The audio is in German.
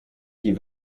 die